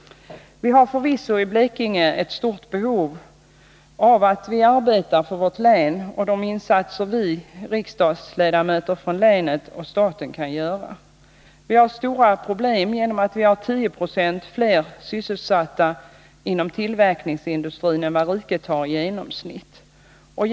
Blekinge behöver förvisso alla de insatser som vi riksdagsledamöter från länet kan åstadkomma. Länet har stora problem eftersom det har 10 96 fler sysselsatta inom tillverkningsindustrin än vad riket i genomsnitt har.